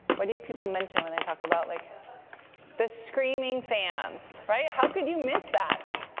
what do people mention when they talk about like the screaming fans, right? how could you miss that?